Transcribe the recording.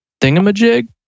thingamajig